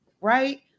right